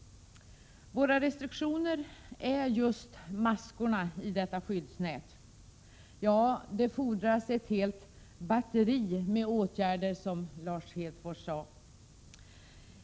Våra restriktioner är just maskorna i detta skyddsnät. Ja, det fordras ett helt batteri med åtgärder, som Lars Hedfors sade.